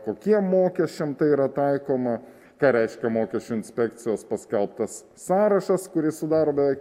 kokiem mokesčiam tai yra taikoma ką reiškia mokesčių inspekcijos paskelbtas sąrašas kurį sudaro beveik